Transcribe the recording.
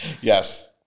Yes